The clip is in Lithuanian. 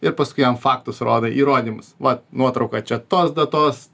ir paskui jam faktus rodai įrodymus vat nuotrauka čia tos datos